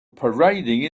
parading